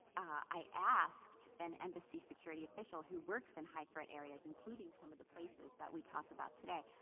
i asked an embassy security official who works in high-threat areas, including some of the places that we talked about today.